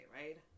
right